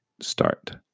start